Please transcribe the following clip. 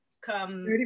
come